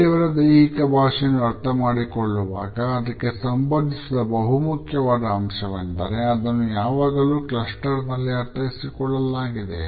ಬೇರೆಯವರ ದೈಹಿಕ ಭಾಷೆಯನ್ನು ಅರ್ಥಮಾಡಿಕೊಳ್ಳುವಾಗ ಅದಕ್ಕೆ ಸಂಬಂಧಿಸಿದ ಬಹುಮುಖ್ಯವಾದ ಅಂಶವೆಂದರೆ ಇದನ್ನು ಯಾವಾಗಲೂ ಕ್ಲಸ್ಟರ್ ನಲ್ಲಿ ಅರ್ಥೈಸಿಕೊಳ್ಳಲಾಗಿದೆ